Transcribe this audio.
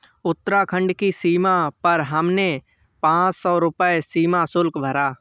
उत्तराखंड की सीमा पर हमने पांच सौ रुपए सीमा शुल्क भरा